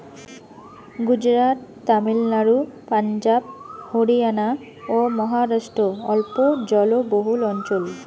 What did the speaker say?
গুজরাট, তামিলনাড়ু, পাঞ্জাব, হরিয়ানা ও মহারাষ্ট্র অল্প জলবহুল অঞ্চল